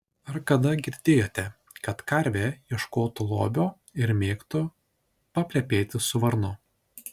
ar kada girdėjote kad karvė ieškotų lobio ir mėgtų paplepėti su varnu